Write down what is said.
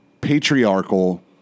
patriarchal